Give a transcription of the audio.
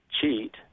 cheat